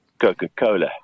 Coca-Cola